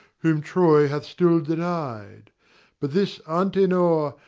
whom troy hath still denied but this antenor,